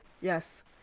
Yes